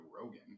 Rogan